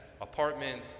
apartment